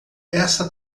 essa